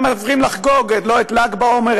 הם הולכים לחגוג לא את ל"ג בעומר,